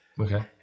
Okay